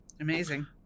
Amazing